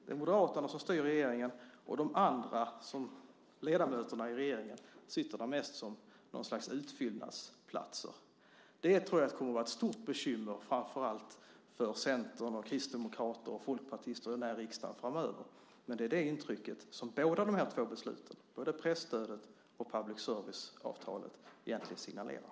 Det är Moderaterna som styr regeringen, och de andra ledamöterna i regeringen sitter där mest som något slags utfyllnadsplatser. Det tror jag kommer att vara ett stort bekymmer framför allt för Centern, Kristdemokraterna och Folkpartiet i den här riksdagen framöver. Men det är detta intryck som båda dessa beslut, både det som gäller presstödet och det som gäller public service-avtalet, signalerar.